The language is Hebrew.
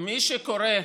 מי שקורא,